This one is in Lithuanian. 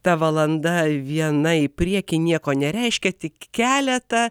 ta valanda viena į priekį nieko nereiškia tik keletą